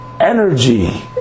energy